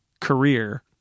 career